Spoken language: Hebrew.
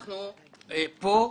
אנחנו פה,